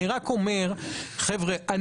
אני רק אומר, אני